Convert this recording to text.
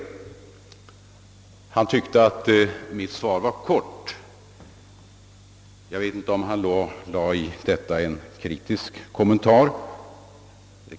När herr Hamrin framhöll att mitt svar däremot var kort så vet jag inte om han avsåg detta som en kritisk kommentar.